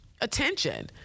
attention